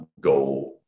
go